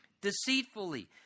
deceitfully